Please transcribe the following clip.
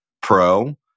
Pro